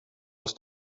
was